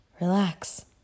Relax